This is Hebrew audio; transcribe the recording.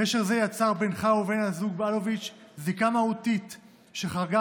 קשר זה יצר בינך ובין הזוג אלוביץ' זיקה מהותית שחרגה